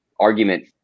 argument